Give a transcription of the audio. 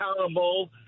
accountable